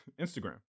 Instagram